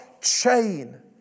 chain